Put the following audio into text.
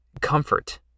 comfort